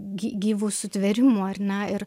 gy gyvų sutvėrimu ar ne ir